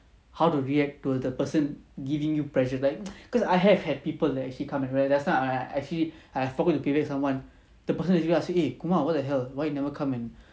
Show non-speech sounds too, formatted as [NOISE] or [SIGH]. how to react to the person giving you pressure like [NOISE] cause I have had people that actually kind of rant last time I actually I forgot to payWave someone the person actually ask me eh kumar what the hell why you never come and